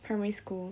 primary school